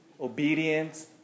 obedience